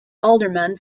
alderman